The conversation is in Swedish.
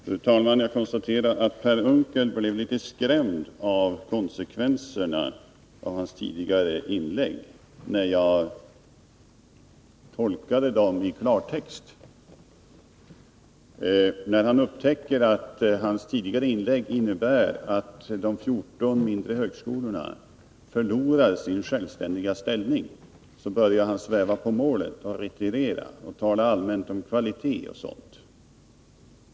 Fru talman! Jag konstaterar att Per Unckel har blivit litet skrämd av min tolkning av konsekvenserna av hans tidigare inlägg. När han upptäckte att ett förverkligande av hans resonemang skulle innebära att de 14 mindre högskolorna skulle förlora sin självständiga ställning, började han sväva på målet och retirera. Han började tala allmänt om kvalitet och sådant.